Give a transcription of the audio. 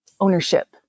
ownership